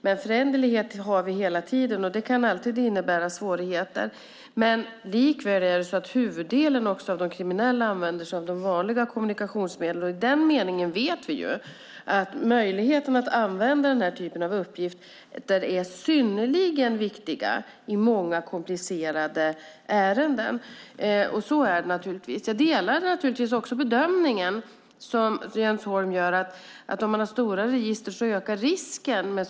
Men föränderligheter har vi hela tiden, och det kan alltid innebära svårigheter. Likväl är det så att huvuddelen av de kriminella använder sig av de vanliga kommunikationsmedlen, och i den meningen vet vi att möjligheten att använda den här typen av uppgifter är synnerligen viktig i många komplicerade ärenden. Så är det naturligtvis. Jag delar den bedömning som Jens Holm gör att om man har stora register ökar risken.